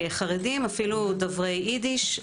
אפילו דוברי אידיש.